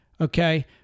Okay